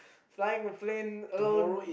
flying a plane alone